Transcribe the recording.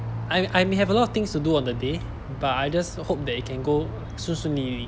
I I may have a lot of things to do on the day but I just hope that it can go 顺顺利利